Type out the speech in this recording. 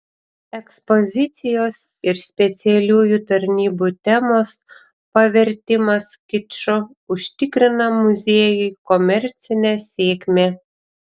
ekspozicijos ir specialiųjų tarnybų temos pavertimas kiču užtikrina muziejui komercinę sėkmę